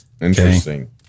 Interesting